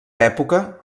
època